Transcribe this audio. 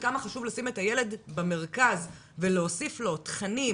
כמה חשוב לשים את הילד במרכז ולהוסיף לו תכנים,